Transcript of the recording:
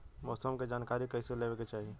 मौसम के जानकारी कईसे लेवे के चाही?